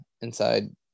inside